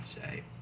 say